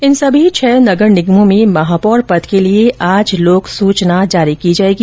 इन सभी छह नगर निगमों में महापौर पद के लिये आज लोक सचना जारी की जाएगी